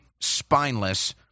spineless